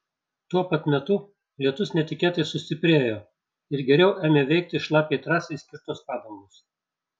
tuo pat metu lietus netikėtai sustiprėjo ir geriau ėmė veikti šlapiai trasai skirtos padangos